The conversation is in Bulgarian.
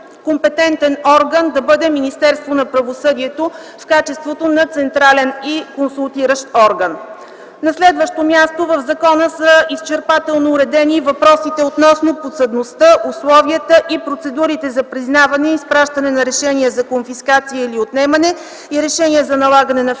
компетентен орган да бъде Министерството на правосъдието в качеството на централен и консултиращ орган. На следващо място, в законопроекта изчерпателно са уредени въпросите относно подсъдността, условията и процедурите за признаване и изпращане на решения за конфискация или отнемане и решения за налагане на финансови